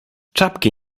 czapki